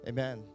Amen